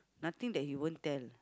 nothing that he won't tell